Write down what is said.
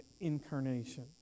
incarnation